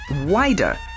wider